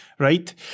Right